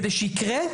כדי שיקרה,